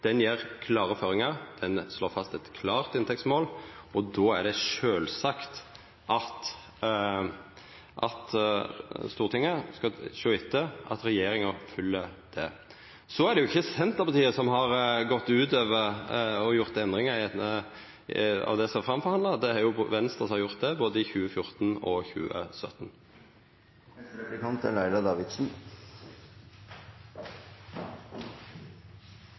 den jordbrukspolitikken som regjeringa fører, er i tråd med dei føringane som Stortinget har gjeve. No har me ei ny jordbruksmelding. Ho gjev klare føringar. Ho slår fast eit klart inntektsmål. Og då er det sjølvsagt at Stortinget skal sjå etter at regjeringa følgjer det. Så er det jo ikkje Senterpartiet som har gått ut over og gjort endringar i det som er forhandla fram. Det er Venstre som har gjort det, både